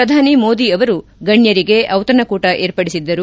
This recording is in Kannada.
ಪ್ರಧಾನಿ ಮೋದಿ ಅವರು ಗಣ್ಣರಿಗೆ ಡಿತಣಕೂ ಟ ಏರ್ಪಡಿಸಿದ್ದರು